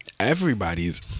Everybody's